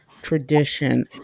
tradition